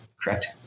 correct